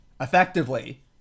effectively